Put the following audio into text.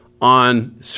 on